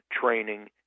training